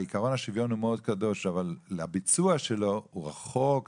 עקרון השוויון הוא מאוד קדוש אבל הביצוע שלו רחוק-רחוק.